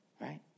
Right